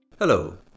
Hello